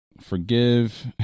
forgive